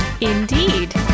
Indeed